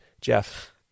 Jeff